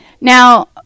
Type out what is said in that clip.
Now